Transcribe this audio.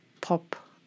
pop